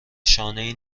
شانهای